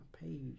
page